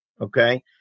Okay